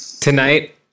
tonight